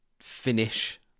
finish